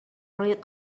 read